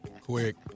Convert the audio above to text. Quick